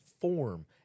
form